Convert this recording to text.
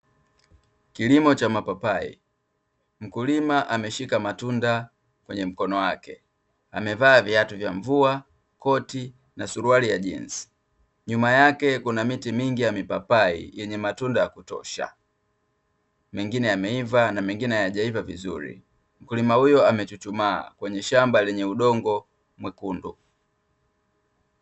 Kilimo cha mapapai, mkulima ameshika matunda kwenye mkono wake, amevaa viatu vya mvua, koti na suruali ya jinzi. Nyuma yake kuna miti mingi ya mipapai yenye matunda ya kutosha, mengine yameiva na mengine hayajaiva vizuri. Mkulima huyo amechuchumaa kwenye shamba lenye udongo mwekundu.